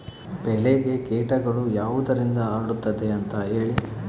ಬೆಳೆಗೆ ಕೇಟಗಳು ಯಾವುದರಿಂದ ಹರಡುತ್ತದೆ ಅಂತಾ ಹೇಳಿ?